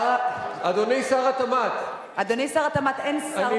אדוני שר התמ"ת, אין שר במליאה.